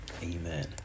Amen